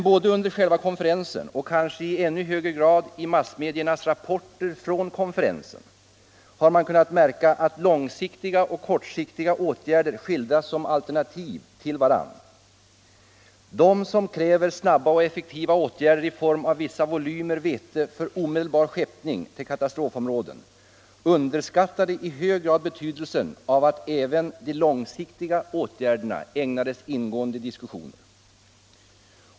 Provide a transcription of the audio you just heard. Både under själva konferensen och kanske i ännu högre grad i massmediernas rapporter från konferensen har man emellertid kunnat märka att långsiktiga och kortsiktiga åtgärder skildras som alternativ till varandra. De som krävde snabba och effektiva åtgärder i form av vissa volymer vete för omedelbar skeppning till katastrofområden underskattade i hög grad betydelsen av att även de långsiktiga åtgärderna ägnades ingående diskussioner.